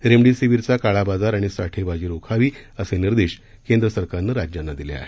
रेमडेसीवीरचा काळा बाजार आणि साठेबाजी रोखावी असे निर्देश केंद्र सरकारनं राज्यांना दिले आहेत